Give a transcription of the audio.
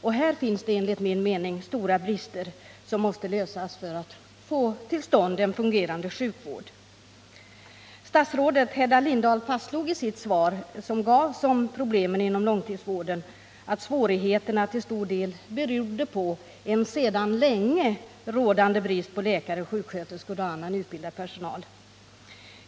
Och här finns det enligt min mening stora brister, som måste elimineras för att vi skall få till stånd en fungerande sjukvård. Statsrådet Hedda Lindahl fastslog i det svar som gavs om problemen inom långtidsvården att svårigheterna till stor del berodde på ”en sedan länge” rådande brist på läkare, sjuksköterskor och annan utbildad personal.